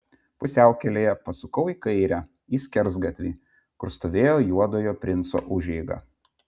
pusiaukelėje pasukau į kairę į skersgatvį kur stovėjo juodojo princo užeiga